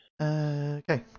Okay